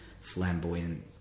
flamboyant